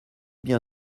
bien